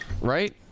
right